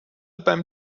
beim